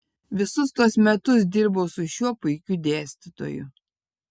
visus tuos metus dirbau su šiuo puikiu dėstytoju